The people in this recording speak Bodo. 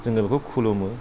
जोङो बेखौ खुलुमो